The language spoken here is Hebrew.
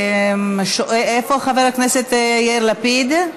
איפה חבר הכנסת יאיר לפיד?